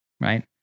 right